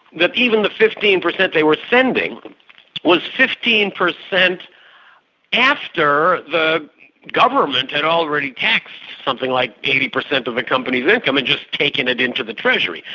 that even the fifteen percent they were sending was fifteen percent after the government had already taxed something like eighty percent of the company's income, and just taken it into the treasury.